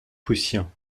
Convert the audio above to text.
prussiens